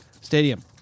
stadium